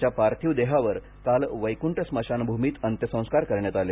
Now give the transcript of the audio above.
त्यांच्या पार्थिव देहावर काल वैकुंठ स्मशानभूमीत अंत्यसंस्कार करण्यात आले